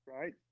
right